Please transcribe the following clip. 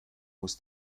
muss